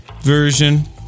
version